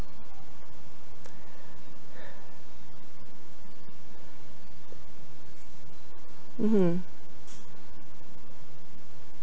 mmhmm